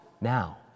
Now